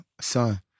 son